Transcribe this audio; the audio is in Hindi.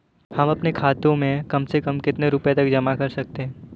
हम अपने खाते में कम से कम कितने रुपये तक जमा कर सकते हैं?